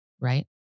right